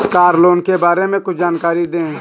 Car loan के बारे में कुछ जानकारी दें?